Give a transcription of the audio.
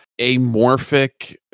amorphic